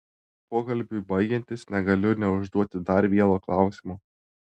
pokalbiui baigiantis negaliu neužduoti dar vieno klausimo